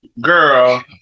Girl